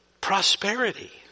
prosperity